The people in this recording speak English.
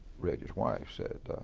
reg's wife, said,